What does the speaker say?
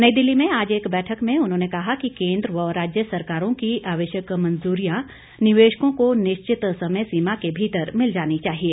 नई दिल्ली में आज एक बैठक में उन्होंने कहा कि केन्द्र व राज्य सरकारों की आवश्यक मंजूरियां निवेशकों को निश्चित समय सीमा के भीतर मिल जानी चाहिए